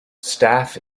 staff